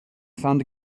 found